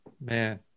Man